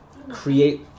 create